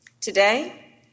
Today